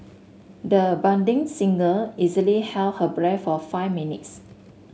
the budding singer easily held her breath for five minutes